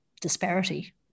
disparity